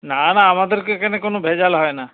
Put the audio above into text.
না না আমাদেরকে এখানে কোনও ভেজাল হয় না